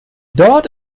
dort